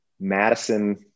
Madison